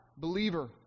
Believer